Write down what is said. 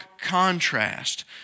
contrast